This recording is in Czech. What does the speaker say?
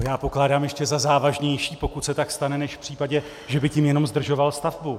To pokládám za ještě závažnější, pokud se tak stane, než v případě, že by tím jenom zdržoval stavbu.